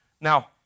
Now